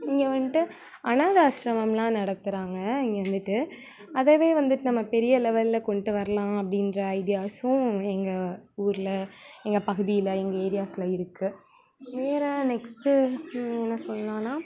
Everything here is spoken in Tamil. இங்கே வந்துட்டு அனாதை ஆஸ்ரமமெல்லாம் நடத்துகிறாங்க இங்கே வந்துட்டு அதைவே வந்துட்டு நம்ம பெரிய லெவலில் கொண்டு வரலாம் அப்படின்ற ஐடியாஸ்ஸும் எங்கள் ஊரில் எங்கள் பகுதியில் எங்கள் ஏரியாஸ்சில் இருக்குது வேறு நெக்ஸ்ட்டு என்ன சொல்லான்னால்